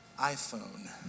iPhone